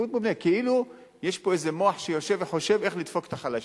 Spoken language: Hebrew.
כאילו יש איזה מוח שיושב וחושב איך לדפוק את החלשים.